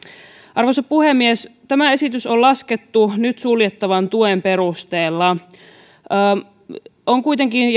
arvoisa puhemies tämä esitys on laskettu nyt suljettavan tuen perusteella on kuitenkin